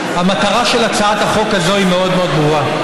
המטרה של הצעת החוק הזאת היא מאוד מאוד ברורה,